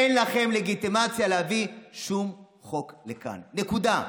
אין לכם לגיטימציה להביא שום חוק לכאן, נקודה.